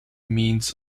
means